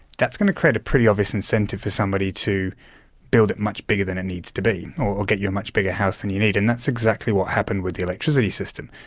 that's going to create a pretty obvious incentive for somebody to build it much bigger than it needs to be, or get you a much bigger house than you need. and that's exactly what happened with the electricity system.